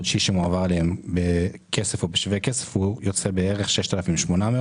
שמועבר אליהם בכסף או בשווה כסף וזה יוצא בערך 6,800,